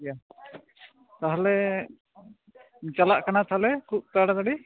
ᱤᱭᱟᱹ ᱛᱟᱦᱚᱞᱮ ᱪᱟᱞᱟᱜ ᱠᱟᱱᱟ ᱛᱟᱦᱚᱞᱮ ᱠᱷᱩᱵ ᱛᱟᱲᱟ ᱛᱟᱹᱲᱤ